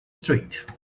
street